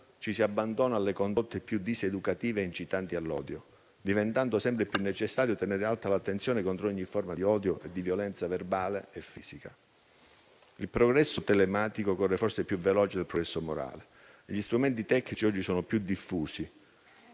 ci si abbandona alle condotte più diseducative incitanti all'odio: diventa così sempre più necessario tenere alta l'attenzione contro ogni forma di odio e violenza verbale e fisica. Il progresso telematico corre forse più veloce di quello morale e gli strumenti tecnici, che oggi sono più diffusi,